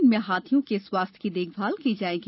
इसमें हाथियों के स्वास्थ्य की देखभाल की जायेगी